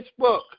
Facebook